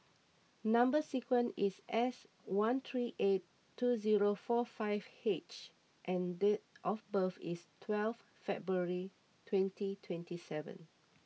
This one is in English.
Number Sequence is S one three eight two zero four five H and date of birth is twelve February twenty twenty seven